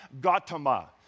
Gautama